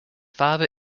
father